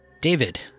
David